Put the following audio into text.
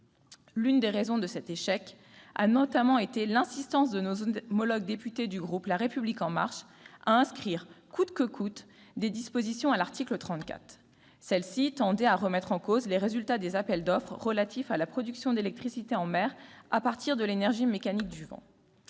L'une des raisons de cet échec a notamment été l'insistance de nos collègues députés du groupe La République En Marche à inscrire coûte que coûte à l'article 34 des dispositions tendant à remettre en cause les résultats des appels d'offres relatifs à la production d'électricité en mer à partir de l'énergie mécanique du vent.